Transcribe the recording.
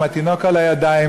עם התינוק על הידיים,